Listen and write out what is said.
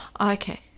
Okay